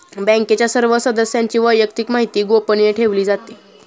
बँकेच्या सर्व सदस्यांची वैयक्तिक माहिती गोपनीय ठेवली जाते